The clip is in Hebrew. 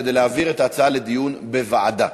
כדי להעביר את ההצעה לדיון בוועדה,